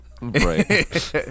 right